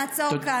נעצור כאן.